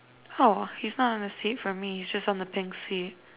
how he's not on the seat for me he's just on the pink seat